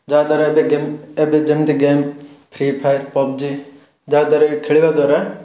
ଯାହାଦ୍ୱାରା ଏବେ ଗେମ୍ ଏବେ ଯେମତି ଗେମ୍ ଫ୍ରିପାୟାର୍ ପବ୍ଜି ଯାହାଦ୍ୱାରାକି ଖେଳିବା ଦ୍ୱାରା